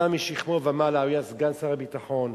אדם משכמו ומעלה, הוא היה סגן שר הביטחון,